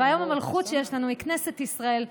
והיום המלכות שיש לנו היא כנסת ישראל,